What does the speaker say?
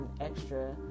extra